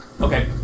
Okay